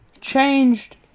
changed